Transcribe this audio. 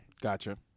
Gotcha